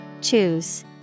Choose